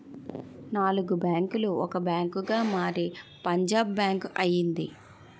నాలుగు బ్యాంకులు ఒక బ్యాంకుగా మారి పంజాబ్ బ్యాంక్ అయింది